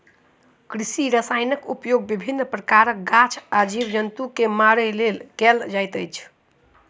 कृषि रसायनक उपयोग विभिन्न प्रकारक गाछ आ जीव जन्तु के मारय लेल कयल जाइत अछि